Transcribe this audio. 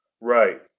Right